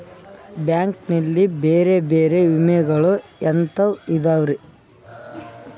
Bank ನಲ್ಲಿ ಬೇರೆ ಬೇರೆ ವಿಮೆಗಳು ಎಂತವ್ ಇದವ್ರಿ?